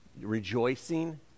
rejoicing